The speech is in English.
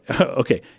okay